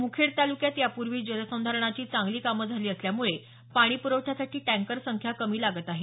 मुखेड तालूक्यात यापूर्वी जलसंधारणाची चांगली काम झाली असल्यामुळे पाणी प्रवठ्यासाठी टँकर संख्या कमी लागत आहेत